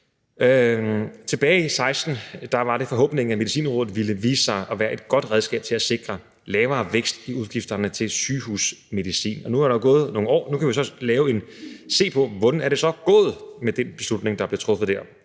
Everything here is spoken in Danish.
Tilbage i 2016 var forhåbningen, at Medicinrådet ville vise sig at være et godt redskab til at sikre lavere vækst i udgifterne til sygehusmedicin. Nu er der jo gået nogle år, og nu kan vi så se på, hvordan det så er gået med den beslutning, der blev truffet dér